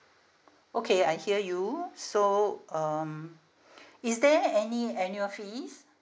okay I hear you so um is there any annual fees